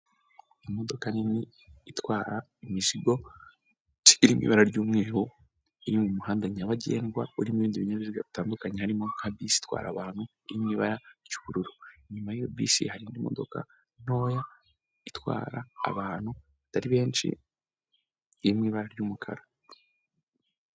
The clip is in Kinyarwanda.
Imodoka nini itwara imizigo iri mu ibara ry'umweru, iri mumuhanda nyabagendwa urimo ibindi binyabiziga bitandukanye harimo nka bisi itwara abantu, iri mu bara ry'ubururu. Inyuma yiyo bisi harindi modoka ntoya itwara abantu batari benshi iri mu ibara ry'umukara.